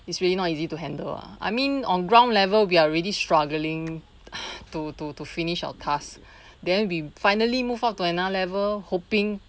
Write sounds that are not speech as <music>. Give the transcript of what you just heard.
it's really not easy to handle ah I mean on ground level we are really struggling <breath> to to to finish our task then we finally move out to another level hoping